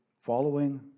following